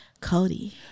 cody